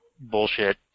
bullshit